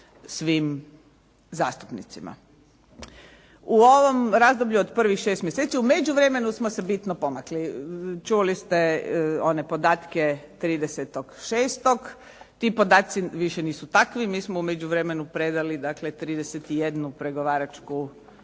svim zastupnicima. U ovom razdoblju od prvih 6 mjeseci u međuvremenu smo se bitno pomakli. Čuli ste one podatke 30.6. Ti podaci više nisu takvi. Mi smo u međuvremenu predali, dakle 31 pregovaračko